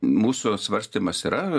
mūsų svarstymas yra